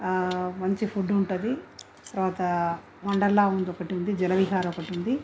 మంచి ఫుడ్ ఉంటుంది తర్వాత వండర్లా ఉంది ఒకటుంది జలవీహార్ ఒకటుంది